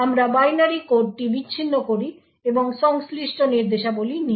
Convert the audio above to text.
আমরা বাইনারি কোডটি বিচ্ছিন্ন করি এবং সংশ্লিষ্ট নির্দেশাবলী নিই